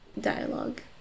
dialogue